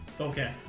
Okay